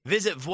Visit